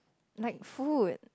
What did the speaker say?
like food